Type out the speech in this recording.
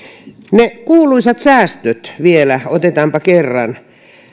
ne kuuluisat säästöt vielä otetaanpa kerran